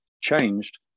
changed